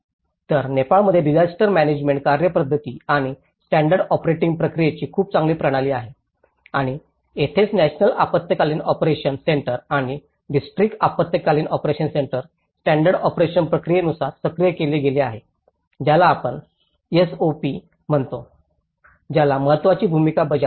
तर नेपाळमध्ये disaster management कार्यपद्धती आणि स्टॅंडर्ड ऑपरेटिंग प्रक्रियेची खूप चांगली प्रणाली आहे आणि येथेच नॅशनल आपत्कालीन ऑपरेशन सेंटर आणि डिस्ट्रिक्ट आपत्कालीन ऑपरेशन सेंटर स्टॅंडर्ड ऑपरेशन प्रक्रियेनुसार सक्रिय केले गेले आहेत ज्याला आपण एसओपी म्हणतो ज्याला महत्वाची भूमिका बजावते